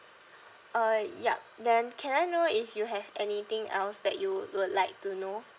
uh yup then can I know if you have anything else that you would would like to know